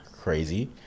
crazy